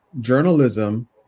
journalism